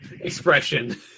Expression